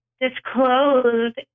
disclosed